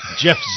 Jeff